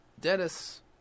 Dennis